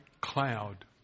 cloud